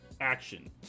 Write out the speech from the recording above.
action